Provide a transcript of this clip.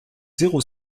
zéro